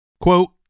quote